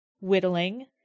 Whittling